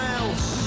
else